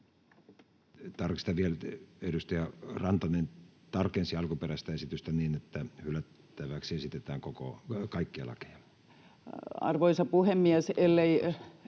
tarkensiko edustaja Rantanen alkuperäistä esitystään niin, että hylättäväksi esitetään kaikkia lakeja. Otettiin tilalle,